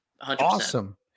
Awesome